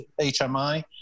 HMI